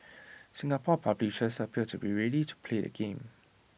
Singapore publishers appear to be ready to play the game